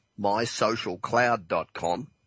mysocialcloud.com